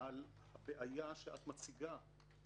על הבעיה שאת מציגה.